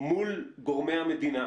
כולל אבני דרך,